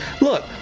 Look